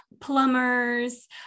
plumbers